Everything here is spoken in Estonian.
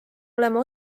olema